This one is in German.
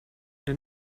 den